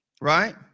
right